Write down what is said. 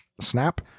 snap